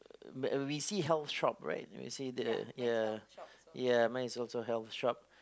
uh we see health shop right we see the ya ya mine is also health shop